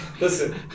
Listen